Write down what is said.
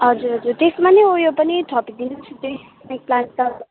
हजुर हजुर त्यसमा नि उयो पनि थपिदिनुहोस् न